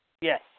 Yes